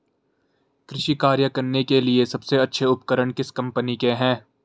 कृषि कार्य करने के लिए सबसे अच्छे उपकरण किस कंपनी के हैं?